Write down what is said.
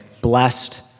blessed